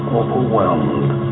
overwhelmed